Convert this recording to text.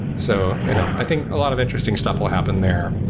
so you know i think a lot of interesting stuff will happen there,